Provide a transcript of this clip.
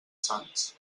sants